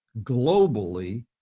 globally